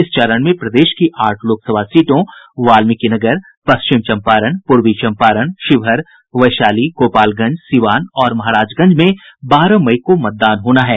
इस चरण में प्रदेश की आठ लोकसभा सीटों वाल्मिकीनगर पश्चिम चंपारण पूर्वी चंपारण शिवहर वैशाली गोपालगंज सीवान और महाराजगंज में बारह मई को मतदान होना है